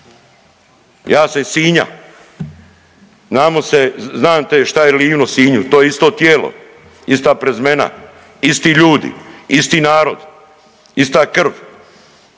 sam iz Sinja, znamo se znam … šta je Livno Sinju to je isto tijelo, ista prezimena, isti ljudi, isti narod, ista krv.